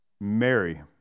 Mary